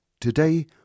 Today